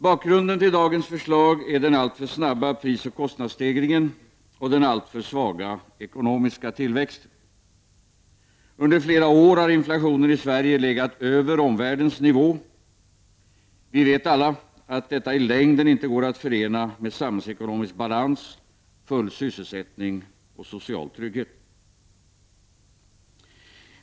Bakgrunden till dagens förslag är den alltför snabba prisoch kostnadsstegringen och den alltför svaga ekonomiska tillväxten. Under flera år har inflationen i Sverige legat över omvärldens nivå. Vi vet alla att detta i längden inte går att förena med samhällsekonomisk balans, full sysselsättning och social trygghet.